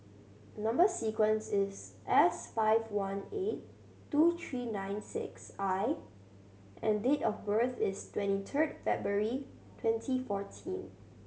number sequence is S five one eight two three nine six I and date of birth is twenty third February twenty fourteen